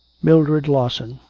mildred lawson,